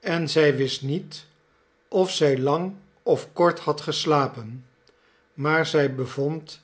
en zij wist niet of zij lang of kort had geslapen maar zij bevond